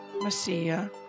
Messiah